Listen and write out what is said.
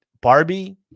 Barbie